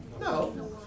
No